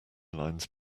lines